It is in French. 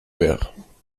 verts